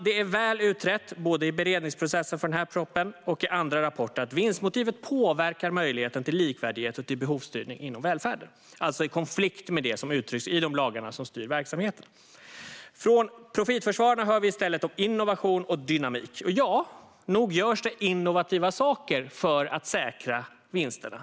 Det är väl utrett, både i beredningsprocessen för den här propositionen och i andra rapporter, att vinstmotivet påverkar möjligheten till likvärdighet och till behovsstyrning inom välfärden, i konflikt med det som uttrycks i de lagar som styr verksamheterna. Från profitförsvararna hör vi i stället om innovation och dynamik. Och nog görs det innovativa saker för att säkra vinsterna.